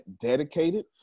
dedicated